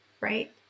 right